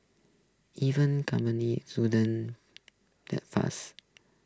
even companies shouldn't that fast